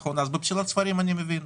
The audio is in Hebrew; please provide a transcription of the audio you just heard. אז בפסילת ספרים אני מבין.